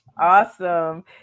Awesome